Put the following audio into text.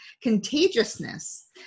contagiousness